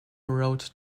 wrote